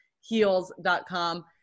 heels.com